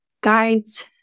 guides